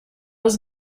was